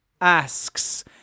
asks